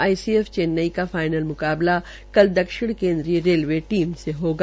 ICF Chennai का final मुकाबला कल दक्षिण केन्द्रीय रेलवे टीम से होगा